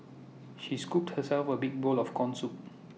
she scooped herself A big bowl of Corn Soup